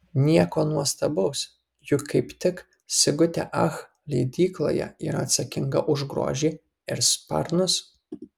nieko nuostabaus juk kaip tik sigutė ach leidykloje yra atsakinga už grožį ir sparnus